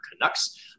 Canucks